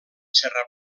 serra